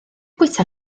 bwyta